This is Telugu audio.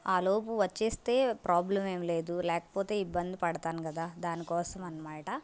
ఆలోపు వచ్చేస్తే ప్రాబ్లమ్ ఏమి లేదు లేకపోతే ఇబ్బంది పడతాను కదా దానికోసం అన్నమాట